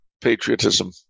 patriotism